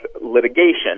litigation